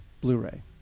Blu-ray